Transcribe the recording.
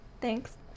Thanks